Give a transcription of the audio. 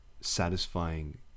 satisfying